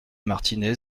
martinets